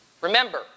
Remember